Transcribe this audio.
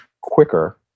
quicker